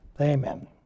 Amen